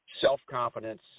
self-confidence